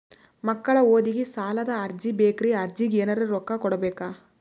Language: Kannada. ಮಕ್ಕಳ ಓದಿಗಿ ಸಾಲದ ಅರ್ಜಿ ಬೇಕ್ರಿ ಅರ್ಜಿಗ ಎನರೆ ರೊಕ್ಕ ಕೊಡಬೇಕಾ?